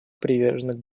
привержена